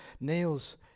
nails